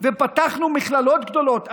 פתחנו מכללות גדולות,